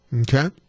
Okay